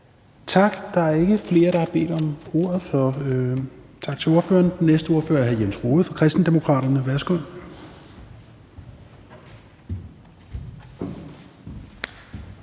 Tak. Der er ikke flere, der har bedt om ordet, så tak til ordføreren. Den næste ordfører er hr. Jens Rohde fra Kristendemokraterne. Værsgo.